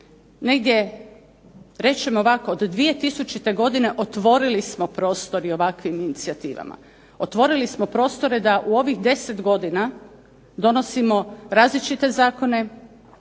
Negdje od 2000. godine otvorili smo prostor ovakvim inicijativama, otvorili smo prostore da u ovih 10 godina donosimo različite zakone,